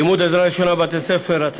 לימוד עזרה ראשונה בבתי ספר (תיקון,